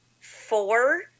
four